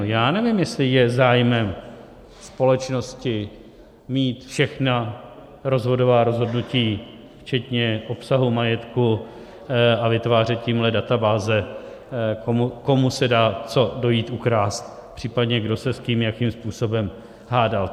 Já nevím, jestli je zájmem společnosti mít všechna rozvodová rozhodnutí včetně obsahu majetku a vytvářet tímhle databáze, komu se dá co dojít ukrást, případně kdo se s kým jakým způsobem hádal.